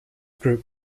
group